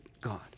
God